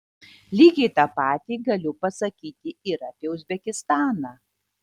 lygiai tą patį galiu pasakyti ir apie uzbekistaną